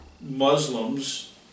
Muslims